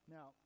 Now